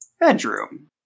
bedroom